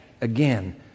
again